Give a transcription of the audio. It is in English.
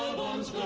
bombs